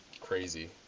crazy